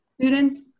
Students